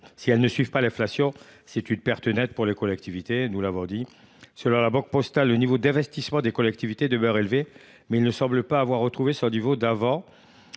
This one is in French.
dotations ne suivent pas l’inflation représente une perte nette pour les collectivités, nous l’avons dit. Selon La Banque postale, le niveau d’investissement des collectivités demeure élevé, mais « il ne semble pas avoir retrouvé son niveau d’avant